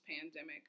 pandemic